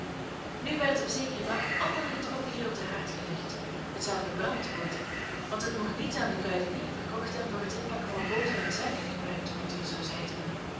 nu werd op zekeren dag al het papier op den haard gelegd het zou verbrand worden want het mocht niet aan den kruidenier verkocht en voor het inpakken van boter en suiker gebruikt worden zoo zeide men